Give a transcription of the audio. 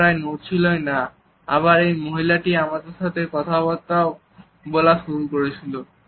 তারা প্রায়ই নড়ছিলই না আবার এই মহিলাটি আমাদের সাথে কথাবার্তাও বলা শুরু করেছিল